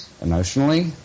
emotionally